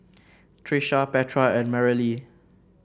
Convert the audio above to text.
Trisha Petra and Marylee